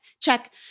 check